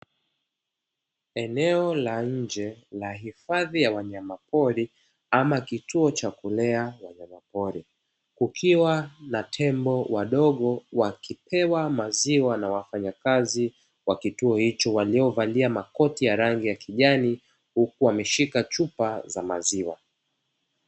Eneo la nje la hifadhi ya wanyama pori au kituo cha kulea wanyama pori, kukiwa na tembo wadogo wakipewa maziwa na wafanyakazi wakituo hicho waliovalia makoti ya rangi ya kijani, huku wameshika chupa za maziwa.